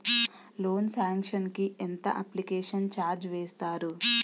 Loan sanction కి ఎంత application charge వేస్తారు?